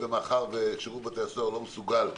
מאחר ושרות בתי-הסוהר לא מסוגל,